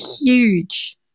huge